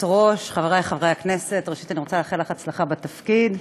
ראשית, אני רוצה לאחל לך הצלחה בתפקיד.